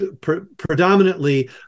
predominantly